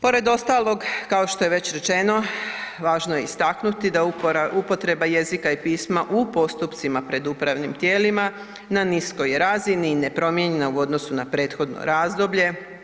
Pored ostalog kao što je već rečeno, važno je istaknuti da upotreba jezika i pisma u postupcima pred upravnim tijelima na niskoj je razini i nepromijenjena u odnosu na prethodno razdoblje.